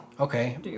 Okay